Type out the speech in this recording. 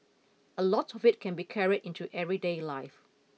a lot of it can be carried into everyday life